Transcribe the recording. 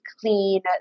clean